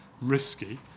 risky